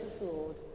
Lord